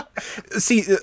See